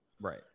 Right